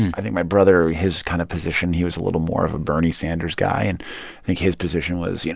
i think my brother his kind of position he was a little more of a bernie sanders guy, and i think his position was, you know